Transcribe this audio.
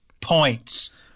points